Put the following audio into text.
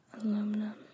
Aluminum